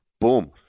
Boom